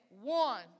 one